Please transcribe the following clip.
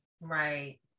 right